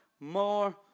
more